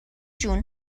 جون